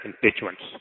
constituents